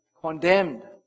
condemned